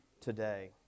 today